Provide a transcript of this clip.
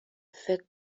فکر